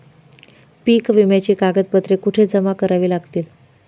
पीक विम्याची कागदपत्रे कुठे जमा करावी लागतील?